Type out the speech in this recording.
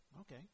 Okay